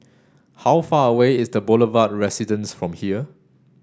how far away is The Boulevard Residence from here